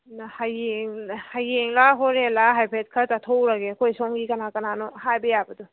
ꯍꯌꯦꯡꯂ ꯍꯣꯔꯦꯜꯂ ꯍꯥꯏꯐꯦꯠ ꯈꯔ ꯆꯠꯊꯣꯛꯂꯨꯔꯒꯦ ꯑꯩꯈꯣꯏ ꯁꯣꯝꯒꯤ ꯀꯅꯥ ꯀꯅꯥꯅꯣ ꯍꯥꯏꯕ ꯌꯥꯕꯗꯣ